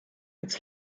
its